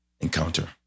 encounter